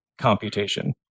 computation